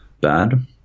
bad